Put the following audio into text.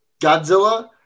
Godzilla